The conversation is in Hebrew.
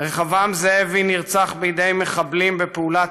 רחבעם זאבי נרצח בידי מחבלים בפעולת